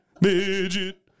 midget